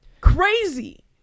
crazy